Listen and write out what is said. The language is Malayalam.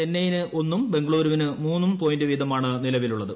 ചെന്നൈയിന്റ് ട്രിന്നും ബംഗളൂരുവിന് മൂന്നു പോയിന്റും വീതമാണ് നിലവിലുള്ളത്